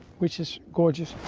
which is gorgeous.